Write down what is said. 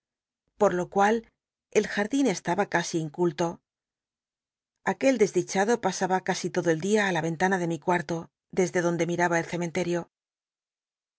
pot lo cual el jmdin estaba casi inculto aquel desdichado pasaba casi todo el dia i la wntana de mi cuml o desde donde miraba el cementerio